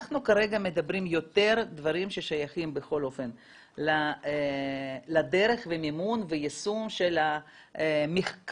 אנחנו כרגע מדברים יותר דברים ששייכים לדרך ומימון ויישום של המחקר,